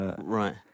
Right